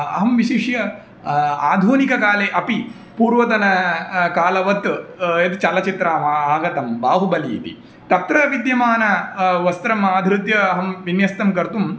अहं विशिष्य आधुनिककाले अपि पूर्वतन कालवत् यद् चलचित्रमागतं बाहुबलिः इति तत्र विद्यमानं वस्त्रम् आधृत्य अहं विन्यस्तं कर्तुम्